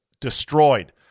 destroyed